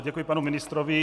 Děkuji panu ministrovi.